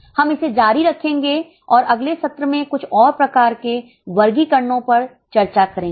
हम इसे जारी रखेंगे और अगले सत्र में कुछ और प्रकार के वर्गीकरणो पर चर्चा करेंगे